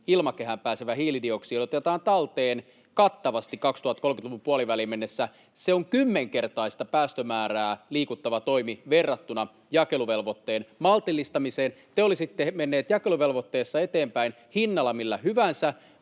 ilmakehään pääsevä hiilidioksidi otetaan talteen kattavasti 2030‑luvun puoliväliin mennessä, on kymmenkertaista päästömäärää liikuttava toimi verrattuna jakeluvelvoitteen maltillistamiseen. Te olisitte menneet jakeluvelvoitteessa eteenpäin hinnalla millä hyvänsä,